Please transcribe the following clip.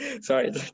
Sorry